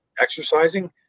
exercising